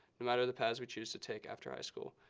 no matter the path we choose to take after high school.